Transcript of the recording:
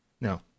no